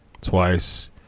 twice